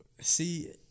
See